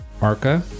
arca